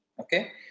okay